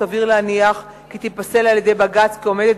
סביר להניח כי תיפסל על-ידי בג"ץ כעומדת